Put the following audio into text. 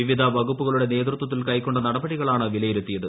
വിവിധ വകുപ്പുകളുടെ നേതൃത്വത്തിൽ കൈക്കൊണ്ട നടപടികളാണ് വിലയിരുത്തിയത്